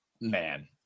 Man